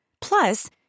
Plus